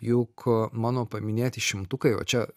juk mano paminėti šimtukai va čia